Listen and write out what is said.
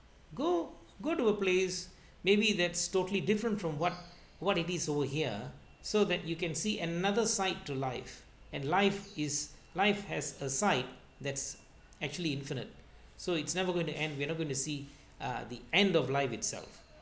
go go to a place maybe that's totally different from what what it is over here so that you can see another site to life and life is life has a site that's actually infinite so it's never going to end we're not going to see uh the end of life itself